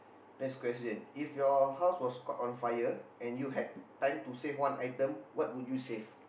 next question if your house was caught on fire and you had time to save one item what would you save